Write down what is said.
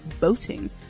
boating